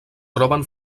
troben